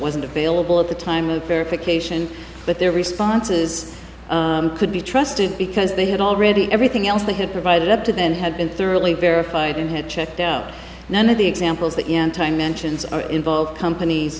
wasn't available at the time of verification that their responses could be trusted because they had already everything else they had provided up to then had been thoroughly verified and had checked out none of the examples that mentions are involved companies